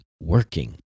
working